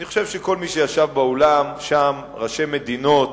אני חושב שכל מי שישב שם באולם, ראשי מדינות,